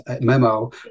memo